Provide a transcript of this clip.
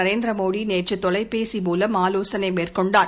நரேந்திர மோடி நேற்று தொலைபேசி மூலம் ஆலோசனை மேற்கொண்டார்